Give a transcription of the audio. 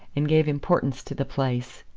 and gave importance to the place.